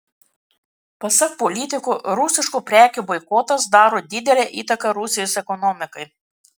pasak politiko rusiškų prekių boikotas daro didelę įtaką rusijos ekonomikai